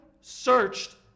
searched